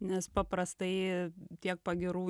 nes paprastai tiek pagyrų